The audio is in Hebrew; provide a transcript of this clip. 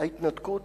ההתנתקות